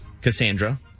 Cassandra